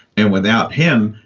and without him,